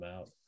out